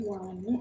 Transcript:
one